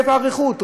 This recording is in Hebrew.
מאיפה האריכות?